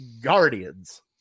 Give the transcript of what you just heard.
Guardians